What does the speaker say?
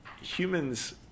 humans